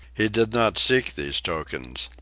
he did not seek these tokens.